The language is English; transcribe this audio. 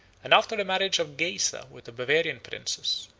and after the marriage of geisa with a bavarian princess,